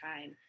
time